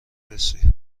رسی